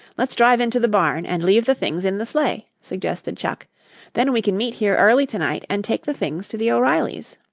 let's drive into the barn and leave the things in the sleigh, suggested chuck then we can meet here early tonight and take the things to the o'reillys.